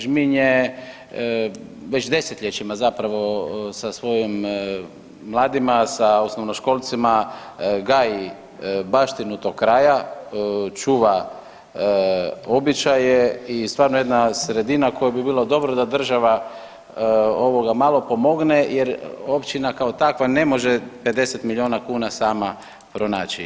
Žminj je već desetljećima zapravo sa svojim mladima, sa osnovnoškolcima gaji baštinu tog kraja, čuva običaje i stvarno jedna sredina koju bi bilo dobro da država ovoga malo pomogne jer općina kao takva ne može 50 miliona kuna sama pronaći.